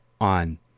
on